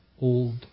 old